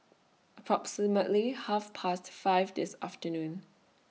approximately Half Past five This afternoon